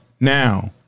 Now